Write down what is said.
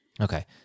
Okay